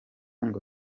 ngo